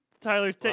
Tyler